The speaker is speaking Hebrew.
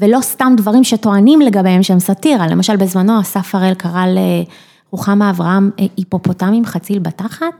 ולא סתם דברים שטוענים לגביהם שהם סאטירה, למשל בזמנו אסף הראל קרא לרוחמה אברהם היפופוטמים חציל בתחת.